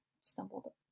stumbled